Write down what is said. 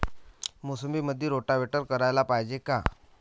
मोसंबीमंदी रोटावेटर कराच पायजे का?